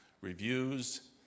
reviews